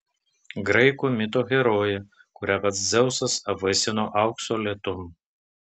graikų mito herojė kurią pats dzeusas apvaisino aukso lietum